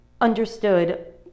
understood